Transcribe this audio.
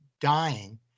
dying